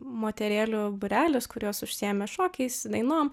moterėlių būrelis kurios užsiėmė šokiais dainom